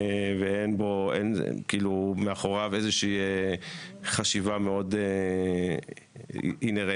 ואין בו, מאחוריו חשיבה מאוד אינהרנטית.